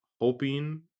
hoping